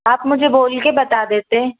आप मुझे बोल के बता देते